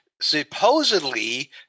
Supposedly